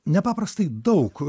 nepaprastai daug